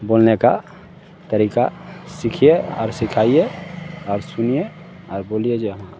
बोलने का तरीक़ा सीखिए और सिखाइए और सुनिए और बोलिए जो